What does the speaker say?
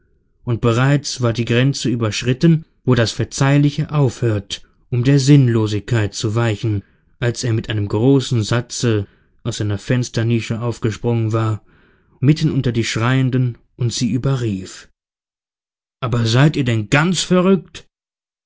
bestanden und bereits war die grenze überschritten wo das verzeihliche aufhört um der sinnlosigkeit zu weichen als er mit einem großen satze aus seiner fensternische aufgesprungen war mitten unter die schreienden und sie überrief aber seid ihr denn ganz verrückt